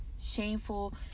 shameful